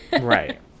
Right